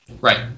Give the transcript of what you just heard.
Right